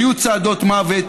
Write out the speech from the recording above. היו צעדות מוות,